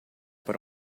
por